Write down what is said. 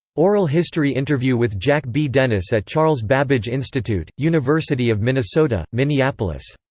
oral history interview with jack b. dennis at charles babbage institute, university of minnesota, minneapolis.